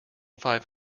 five